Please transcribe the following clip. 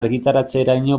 argitaratzeraino